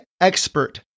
expert